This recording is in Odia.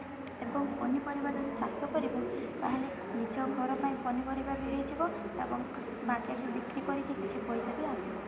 ଏବଂ ପନିପରିବା ଯଦି ଚାଷ କରିବା ତାହେଲେ ନିଜ ଘର ପାଇଁ ପନିପରିବା ବି ହେଇଯିବ ଏବଂ ମାର୍କେଟରେ ବିକ୍ରି କରିକି କିଛି ପଇସା ବି ଆସିବ